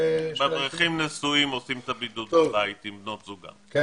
אברכים נשואים עושים את הבידוד בבית עם בנות זוגם.